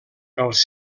els